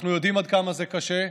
אנחנו יודעים עד כמה זה קשה,